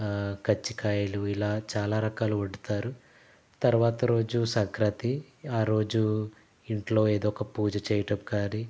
కజ్జికాయలు ఇలా చాలా రకాలు వండుతారు తర్వాత రోజు సంక్రాంతి ఆ రోజు ఇంట్లో ఏదో ఒక పూజ చేయటం కాని